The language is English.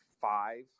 five